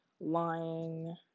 lying